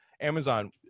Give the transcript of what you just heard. Amazon